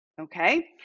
Okay